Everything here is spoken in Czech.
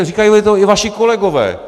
Říkali to i vaši kolegové.